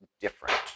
different